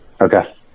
Okay